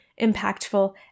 impactful